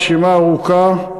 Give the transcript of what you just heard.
רשימה ארוכה.